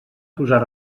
posar